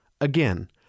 Again